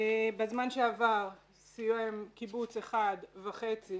בזמן שעבר סיים קיבוץ אחד וחצי